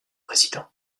président